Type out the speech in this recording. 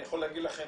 אני יכול להגיד לכם,